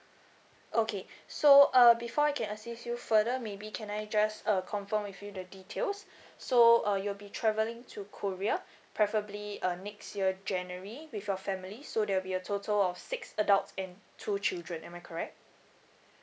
okay so uh before I can assist you further maybe can I just uh confirm with you the details so uh you'll be travelling to korea preferably uh next year january with your family so there will be a total of six adults and two children am I correct